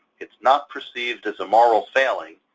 it's not perceived as a moral failing.